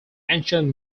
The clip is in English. ancient